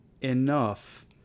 enough